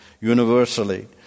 universally